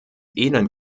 elend